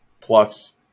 Plus